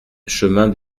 chemin